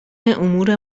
امور